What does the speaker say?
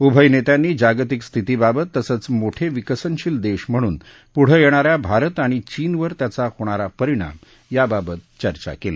उभय नेत्यांनी जागतिक स्थितीबाबत तसंच मोठे विकसनशील देश म्हणून पुढं येणाऱ्या भारत आणि चीनवर त्याचा होणारा परिणाम याबाबत चर्चा केली